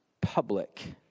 public